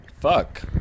Fuck